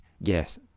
Yes